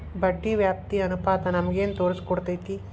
ಬಡ್ಡಿ ವ್ಯಾಪ್ತಿ ಅನುಪಾತ ನಮಗೇನ್ ತೊರಸ್ಕೊಡ್ತೇತಿ?